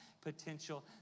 potential